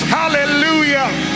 hallelujah